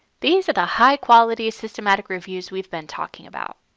these are the high quality systematic reviews we have been talking about.